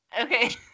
Okay